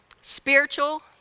spiritual